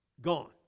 gone